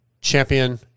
Champion